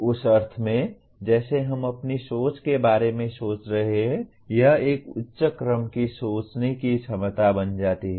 उस अर्थ में जैसे हम अपनी सोच के बारे में सोच रहे हैं यह एक उच्च क्रम की सोचने की क्षमता बन जाती है